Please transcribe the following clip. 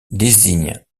désigne